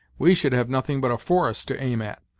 we should have nothing but a forest to aim at.